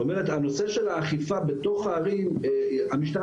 זאת אומרת שנושא האכיפה בתוך הערים המשטרה